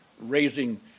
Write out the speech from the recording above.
raising